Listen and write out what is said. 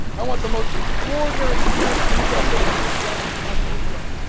i want the most extraordinary experience from utah state university. i can possibly get.